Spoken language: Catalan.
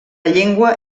llengua